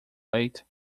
late